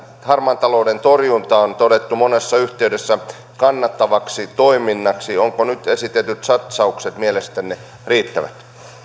harmaan talouden torjunta on todettu monessa yhteydessä kannattavaksi toiminnaksi ovatko nyt esitetyt satsaukset mielestänne riittävät